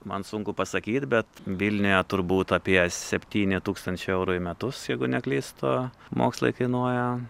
man sunku pasakyt bet vilniuje turbūt apie septyni tūkstančiai eurų metus jeigu neklystu mokslai kainuoja